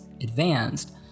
advanced